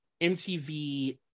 mtv